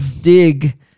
dig